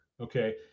okay